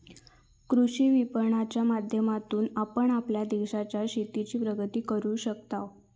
कृषी विपणनाच्या माध्यमातून आपण आपल्या देशाच्या शेतीची प्रगती करू शकताव